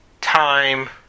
time